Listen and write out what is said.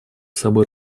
собой